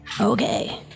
Okay